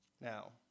Now